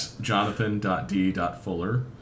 jonathan.d.fuller